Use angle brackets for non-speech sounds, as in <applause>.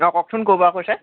<unintelligible> কওকচোন ক'ৰ পৰা কৈছে